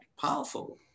powerful